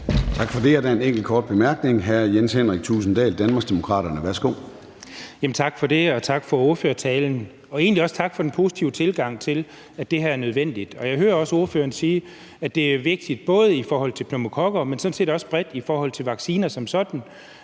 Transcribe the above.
Tak for det. Der er en enkelt kort bemærkning fra hr. Jens Henrik Thulesen Dahl, Danmarksdemokraterne. Værsgo. Kl. 10:35 Jens Henrik Thulesen Dahl (DD): Tak for det, tak for ordførertalen, og egentlig også tak for den positive tilgang, i forhold til at det her er nødvendigt. Jeg hører også ordføreren sige, at det er vigtigt, både i forhold til pneumokokker, men sådan set også bredt i forhold til vacciner som sådan,